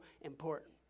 important